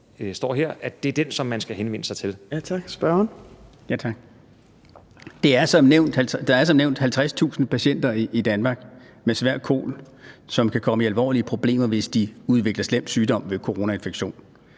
Kl. 15:20 Nils Sjøberg (RV): Ja, tak. Der er som nævnt 50.000 patienter i Danmark med svær kol, som kan komme i alvorlige problemer, hvis de udvikler slem sygdom ved coronainfektion.